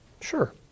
Sure